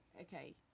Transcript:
Okay